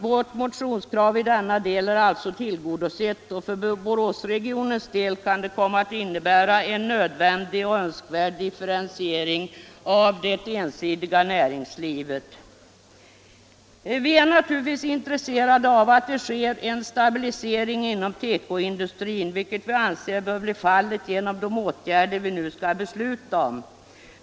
Vårt motionskrav i denna del är alltså tillgodosett, och för Boråsregionens del kan det komma att innebära en nödvändig och önskvärd differentiering av det ensidiga näringslivet. Vi är naturligtvis intresserade av att det sker en stabilisering inom tekoindustrin, vilket vi anser bör bli fallet genom de åtgärder vi nu skall besluta om.